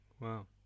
Wow